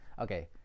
Okay